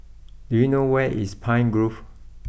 do you know where is Pine Grove